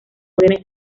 órdenes